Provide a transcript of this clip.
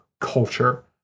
culture